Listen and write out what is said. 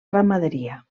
ramaderia